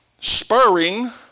Spurring